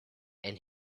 and